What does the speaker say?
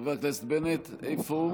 חבר הכנסת בנט, איפה הוא?